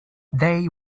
they